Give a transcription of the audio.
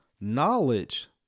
knowledge